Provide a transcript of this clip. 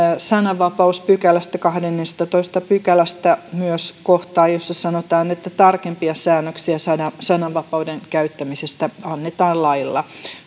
sananvapauspykälästä kahdennestatoista pykälästä myös kohtaa jossa sanotaan että tarkempia säännöksiä sananvapauden käyttämisestä annetaan lailla